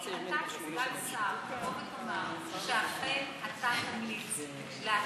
אם אתה כסגן שר תבוא ותאמר שאכן אתה תמליץ להקצות,